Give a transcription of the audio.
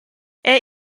era